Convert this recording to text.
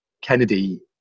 Kennedy